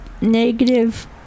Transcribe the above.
negative